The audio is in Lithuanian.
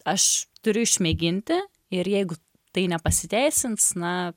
aš turiu išmėginti ir jeigu tai nepasiteisins na